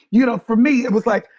you know, for me, it was like,